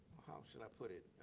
how should i put it,